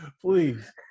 Please